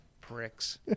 pricks